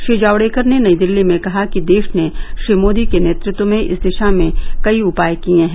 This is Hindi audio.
श्री जावड़ेकर ने नई दिल्ली में कहा कि देश ने श्री मोदी के नेतृत्व में इस दिशा में कई उपाय किये हैं